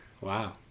wow